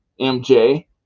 MJ